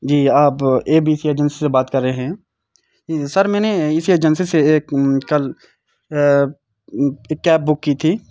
جی آپ A B C agency سے بات کر رہے ہیں سر میں نے اس ایجنسی سے ایک کل ایک کیب بک کی تھی